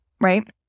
Right